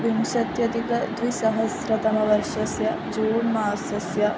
विंशत्यधिक द्विसहस्रतमवर्षस्य जून् मासस्य